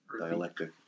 dialectic